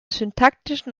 syntaktischen